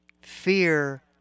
Fear